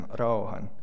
rauhan